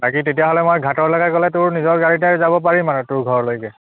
বাকী তেতিয়াহ'লে মই ঘাটৰলৈকে গ'লে তোৰ নিজৰ গাড়ীতেই যাব পাৰিম আৰু তোৰ ঘৰলৈকে